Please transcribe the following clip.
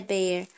Bear